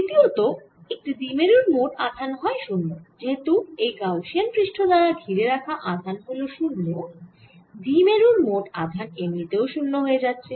দ্বিতীয়ত একটি দ্বিমেরুর মোট আধান হয় 0 যেহেতু এই গাউসিয়ান পৃষ্ঠ দ্বারা ঘিরে রাখা আধান হল 0 দ্বিমেরুর মোট আধান এমনিতেও 0 হয়ে যাচ্ছে